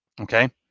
okay